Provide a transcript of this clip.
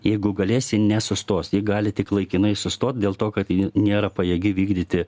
jeigu galėsi ji nesustos ji gali tik laikinai sustot dėl to kad ji nėra pajėgi vykdyti